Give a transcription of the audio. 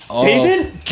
David